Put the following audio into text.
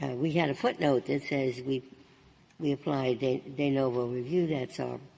ah we had a footnote that says we we applied de de novo review. that's our